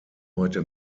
heute